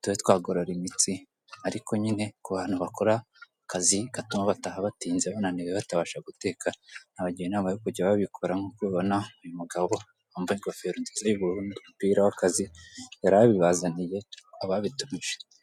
tube twagorora imitsi ariko nyine abantu bakora akazi gatuma bataha batibinze bananiwe batabasha guteka nabagira inama yo kujya batumiza nk'uko ubibona uyu mugabo wambaye ingofero nziza y'ubururu n'umupira w'akazi yarabibazaniye ababitumije.